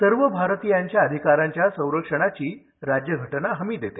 सर्व भारतीयांच्या अधिकारांच्या संरक्षणाची राज्यघटना या हमी देते